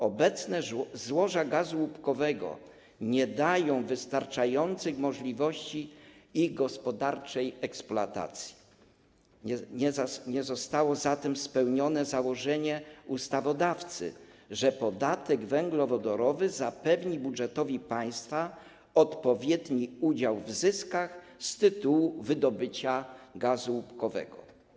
Obecne złoża gazu łupkowego nie dają wystarczających możliwości ich gospodarczej eksploatacji, nie zostało zatem spełnione założenie ustawodawcy, że podatek węglowodorowy zapewni budżetowi państwa odpowiedni udział w zyskach z tytułu wydobycia gazu łupkowego.